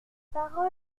parole